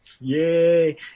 Yay